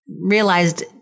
realized